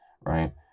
right